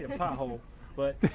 pothole but.